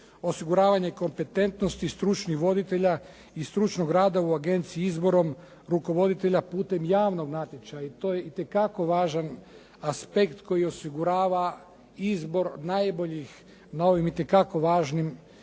Osiguravanje kompetentnosti stručnih voditelja i stručnog rada u agenciji izborom rukovoditelja putem javnog natječaja i to je itekako važan aspekt koji osigurava izbor najboljih na ovim itekako važnim